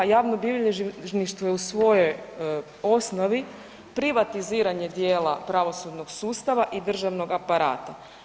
Javno bilježništvo je u svojoj osnovi privatiziranje dijela pravosudnog sustava i državnog aparata.